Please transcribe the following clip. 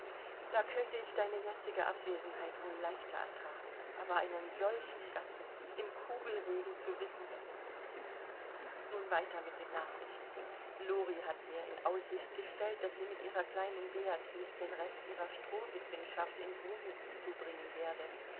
da könnte ich deine jetzige abwesenheit wohl leichter ertragen aber einen solchen gatten im kugelregen zu wissen nun weiter mit den nachrichten lori hat mir in aussicht gestellt daß sie mit ihrer kleinen beatrix den rest ihrer strohwitwenschaft in grumitz zubringen werde